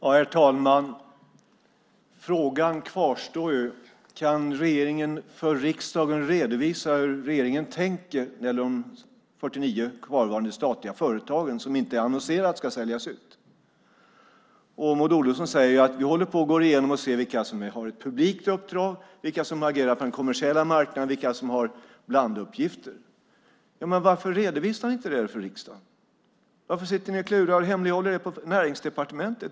Herr talman! Frågan kvarstår: Kan regeringen för riksdagen redovisa hur man tänker när det gäller de 49 kvarvarande statliga företag som man inte har annonserat att de ska säljas ut? Maud Olofsson säger att man håller på att gå igenom detta för att se vilka som har ett publikt uppdrag, vilka som agerar på den kommersiella marknaden och vilka som har blanduppgifter. Men varför redovisar ni inte det för riksdagen? Varför sitter ni och klurar och hemlighåller det på Näringsdepartementet?